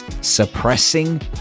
suppressing